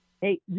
Hey